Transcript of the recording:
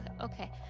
Okay